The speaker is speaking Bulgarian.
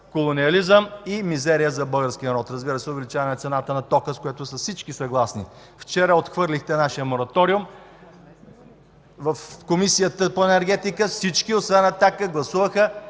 колониализъм и мизерия за българския народ. Разбира се, и увеличаване на цената на тока, с която всички са съгласни. Вчера отхвърлихте нашия мораториум в Комисията по енергетика. Всички, освен „Атака“, гласуваха